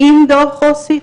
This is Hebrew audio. עם דו"ח עו"סית,